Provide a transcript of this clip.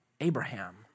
Abraham